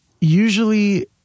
usually